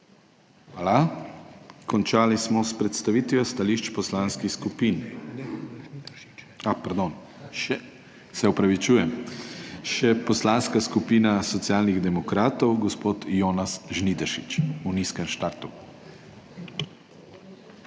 Hvala. Končali smo s predstavitvijo stališč poslanskih skupin. Pardon, se opravičujem, še Poslanska skupina Socialnih demokratov, gospod Jonas Žnidaršič je v nizkem štartu. JONAS